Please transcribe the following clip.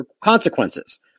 consequences